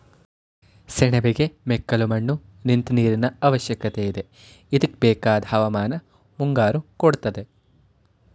ಸೆಣಬಿಗೆ ಮೆಕ್ಕಲುಮಣ್ಣು ನಿಂತ್ ನೀರಿನಅವಶ್ಯಕತೆಯಿದೆ ಇದ್ಕೆಬೇಕಾದ್ ಹವಾಮಾನನ ಮುಂಗಾರು ಕೊಡ್ತದೆ